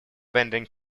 bending